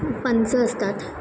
पंच असतात